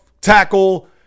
tackle